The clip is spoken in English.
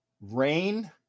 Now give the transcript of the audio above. Rain